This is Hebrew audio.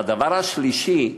והדבר השלישי,